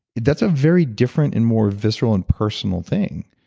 that's a very different and more visceral and personal thing.